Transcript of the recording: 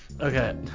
Okay